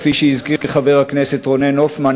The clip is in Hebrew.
כפי שהזכיר חבר הכנסת רונן הופמן,